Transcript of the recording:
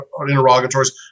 interrogatories